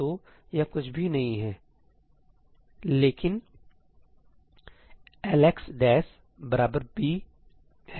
तो यह कुछ भी नहीं है लेकिन Lxb